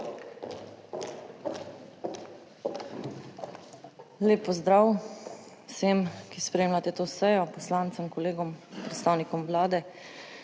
Lep pozdrav vsem, ki spremljate to sejo, poslancem, kolegom, predstavnikom Vlade!